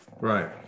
Right